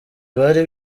bari